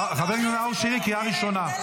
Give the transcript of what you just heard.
חבר הכנסת נאור שירי, קריאה ראשונה.